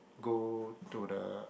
go to the